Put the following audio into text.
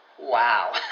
Wow